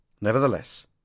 Nevertheless